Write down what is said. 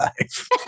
life